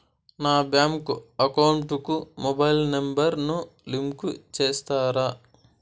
నా bank account కు mobile number ను లింకు చేస్తారా?